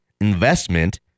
investment